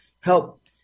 help